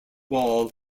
wall